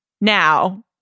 Now